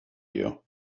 you